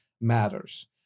matters